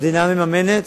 המדינה מממנת?